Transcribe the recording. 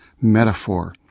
metaphor